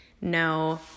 no